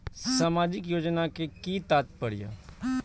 सामाजिक योजना के कि तात्पर्य?